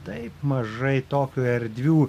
taip mažai tokių erdvių